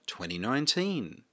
2019